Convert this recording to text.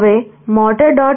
હવે motor